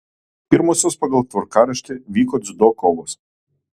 pirmosios pagal tvarkaraštį vyko dziudo kovos